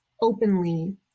openly